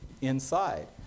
inside